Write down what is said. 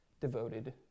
devoted